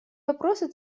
вопросы